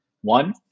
One